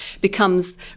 becomes